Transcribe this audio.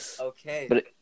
Okay